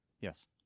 Yes